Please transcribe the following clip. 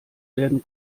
werden